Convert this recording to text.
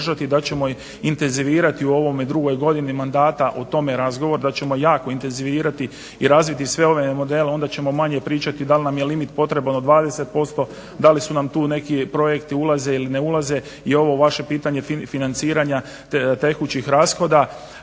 da ćemo intenzivirati u ovoj drugoj godini mandata o tome razgovor, da ćemo jako intenzivirati i razviti sve ove modele, onda ćemo manje pričati dal nam je limit potreban od 20% da li nam tu neki projekti ulaze ili ne ulaze. I ovo vaše pitanje financiranja tekućih rashoda,